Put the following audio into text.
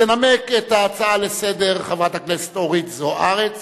תנמק את הצעת האי-אמון חברת הכנסת זוארץ